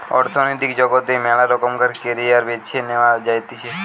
অর্থনৈতিক জগতে মেলা রকমের ক্যারিয়ার বেছে নেওয়া যাতিছে